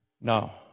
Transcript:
Now